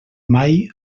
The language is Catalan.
mai